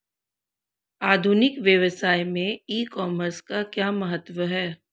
आधुनिक व्यवसाय में ई कॉमर्स का क्या महत्व है?